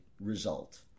result